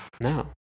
no